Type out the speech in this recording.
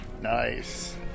Nice